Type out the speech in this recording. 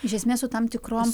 iš esmės su tam tikrom